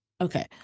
Okay